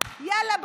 יאללה,